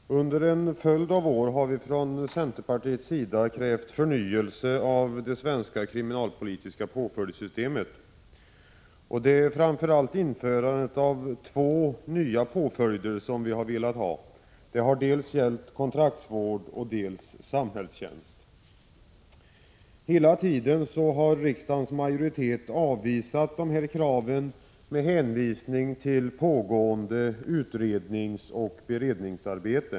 Herr talman! Under en följd av år har vi från centerpartiet krävt förnyelse av det svenska kriminalpolitiska påföljdssystemet. Vi har framför allt velat införa två nya påföljder. Det har gällt dels kontraktsvård, dels samhällstjänst. Hela tiden har riksdagens majoritet avvisat dessa krav med hänvisning till pågående utredningsoch beredningsarbete.